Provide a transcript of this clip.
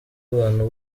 abantu